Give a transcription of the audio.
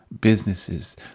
businesses